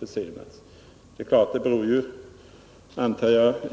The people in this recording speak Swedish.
Men det är klart att det också